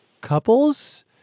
couples